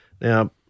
now